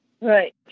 Right